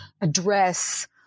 address